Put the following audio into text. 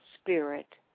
spirit